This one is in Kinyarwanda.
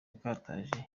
ikataje